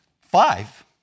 Five